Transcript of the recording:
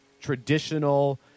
traditional